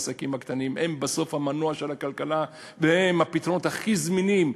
העסקים הקטנים הם בסוף המנוע של הכלכלה והם הפתרונות הכי זמינים.